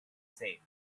said